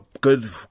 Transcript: good